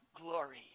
glory